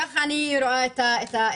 כך אני רואה את העולם.